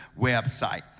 website